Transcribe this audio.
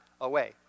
away